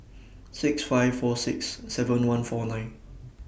six five four six seven one four nine